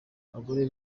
abagore